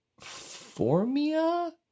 formia